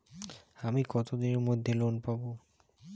আমি কতদিনের মধ্যে লোন পাব?